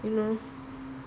you know